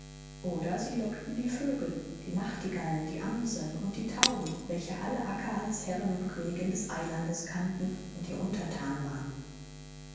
oder sie lockte die vögel die nachtigallen die amseln und die tauben welche alle acca als herrin und königin des eilandes kannten und ihr unterthan waren